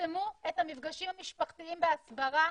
תצמצמו את המפגשים המשפחתיים בהסברה